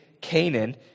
Canaan